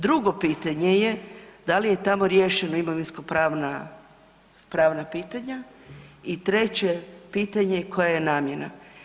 Drugo pitanje je da li je tamo riješena imovinsko pravna pitanja i treće pitanje koja je namjena.